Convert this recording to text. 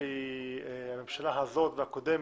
היום שהממשלה הזאת והקודמת,